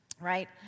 right